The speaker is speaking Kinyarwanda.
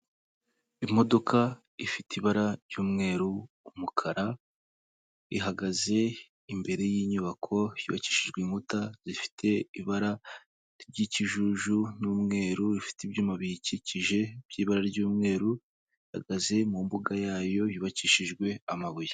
Imodoka ifite ibara ry'umweru, umukara, ihagaze imbere y'inyubako yubakishijwe inkuta zifite ibara ry'ikijuju n'umweru, rifite ibyuma biyikikije by'ibara ry'umweru, ihagaze mu mbuga yayo yubakishijwe amabuye.